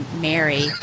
Mary